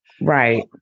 Right